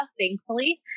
thankfully